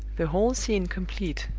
the whole scene complete,